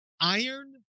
iron